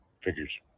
Figures